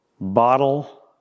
bottle